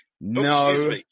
no